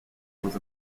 was